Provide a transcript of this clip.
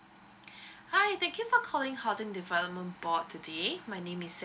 hi thank you for calling housing development board today my name is